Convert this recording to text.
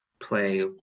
play